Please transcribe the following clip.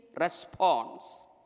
response